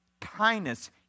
kindness